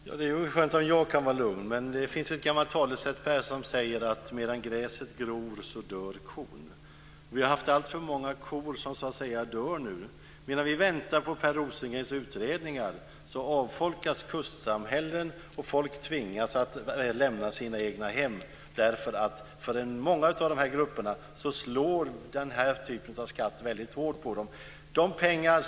Fru talman! Det är skönt om jag kan vara lugn. Men det finns ett gammalt talesätt som säger att medan gräset gror dör kon. Det är alltför många kor som dör nu. Medan vi väntar på Per Rosengrens utredningar avfolkas kustsamhällen och folk tvingas att lämna sina egna hem. Den här typen av skatt slår väldigt hårt mot de här grupperna.